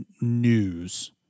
news